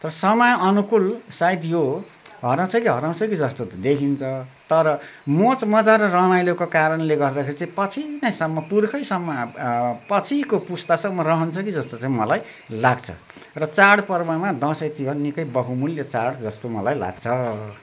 तर समय अनुकूल सायद यो हराउँछ कि हराउँछ कि जस्तो त देखिन्छ तर मौज मजा र रमाइलोको कारणले गर्दाखेरि चाहिँ पछि नै सम्म पुर्खैसम्म पछिको पुस्तासम्म रहन्छ कि जस्तो चाहिँ मलाई लाग्छ र चाडपर्वमा दसैँतिहार निकै बहुमूल्य चाड जस्तो मलाई लाग्छ